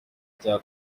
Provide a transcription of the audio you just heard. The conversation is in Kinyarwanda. cya